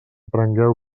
prengueu